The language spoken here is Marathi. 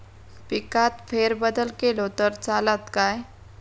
पिकात फेरबदल केलो तर चालत काय?